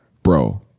Bro